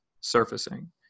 surfacing